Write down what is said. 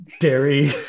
Dairy